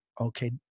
okay